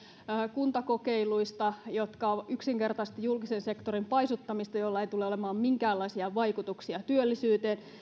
kuntakokeiluista jotka ovat yksinkertaisesti julkisen sektorin paisuttamista jolla ei tule olemaan minkäänlaisia vaikutuksia työllisyyteen